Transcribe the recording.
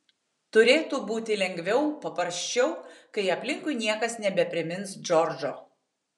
turėtų būti lengviau paprasčiau kai aplinkui niekas nebeprimins džordžo